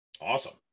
Awesome